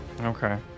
okay